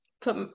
put